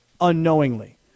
unknowingly